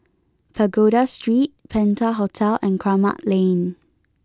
Pagoda Street Penta Hotel and Kramat Lane